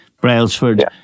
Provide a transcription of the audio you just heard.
Brailsford